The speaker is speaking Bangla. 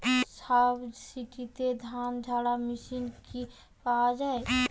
সাবসিডিতে ধানঝাড়া মেশিন কি পাওয়া য়ায়?